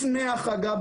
לפני ההחרגה,